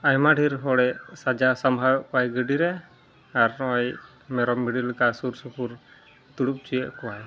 ᱟᱭᱢᱟ ᱰᱷᱮᱨ ᱦᱚᱲᱮ ᱥᱟᱡᱟᱣᱼᱥᱟᱢᱵᱷᱟᱣᱮᱫ ᱠᱚᱣᱟᱭ ᱜᱟᱹᱰᱤᱨᱮ ᱟᱨ ᱦᱚᱜᱼᱚᱭ ᱢᱮᱨᱚᱢ ᱵᱷᱤᱰᱤᱞᱮᱠᱟ ᱥᱩᱨᱥᱩᱯᱩᱨ ᱫᱩᱲᱩᱵ ᱚᱪᱚᱭᱮᱫ ᱠᱚᱣᱟᱭ